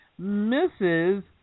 Mrs